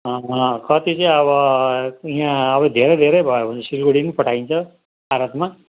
कति चाहिँ अब यहाँ अब धेरै धेरै भयो भने सिलगढी पनि पठाइन्छ आरतमा